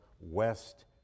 West